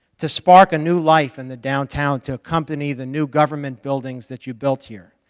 to spark a new life in the downtown to accompany the new government buildings that you built here.